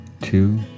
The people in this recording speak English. two